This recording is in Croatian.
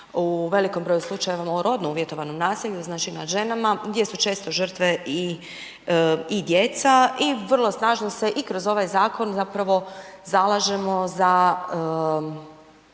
u velikom broju slučajeva o radno uvjetovanom nasilju, znači nad ženama, gdje su često žrtve i djeca i vrlo snažno se i kroz ovaj zakon zapravo zalažemo za